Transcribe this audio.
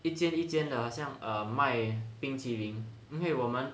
一间一间的好像 err 买冰激凌因为我们